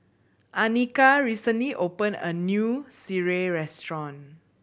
Anika recently opened a new sireh restaurant